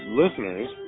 listeners